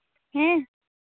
ᱦᱮᱸ